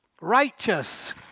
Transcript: Righteous